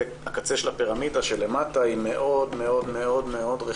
זה הקצה של הפירמידה שלמטה היא מאוד מאוד רחבה